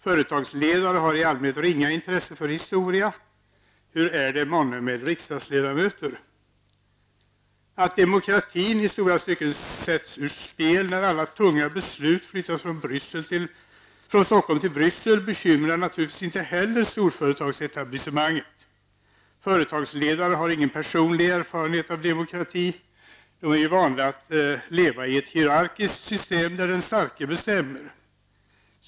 Företagsledare har i allmänhet ringa intresse för historia. Hur är det månne med riksdagsledamöter? Att demokratin i stora stycken sätts ur spel när alla tunga beslut flyttas från Stockholm till Bryssel bekymrar naturligtvis inte heller storföretagsetablissemanget. Företagsledare har ingen personlig erfarenhet av demokrati, de är ju vana att leva i ett hierarkiskt system där den starke bestämmer.